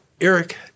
Eric